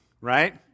right